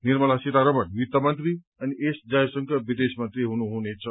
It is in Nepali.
निर्मला सीतारमण वित्त मन्त्री अनि एस जयशंकर विदेशमन्त्री हुनुहुनेछ